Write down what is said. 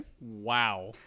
Wow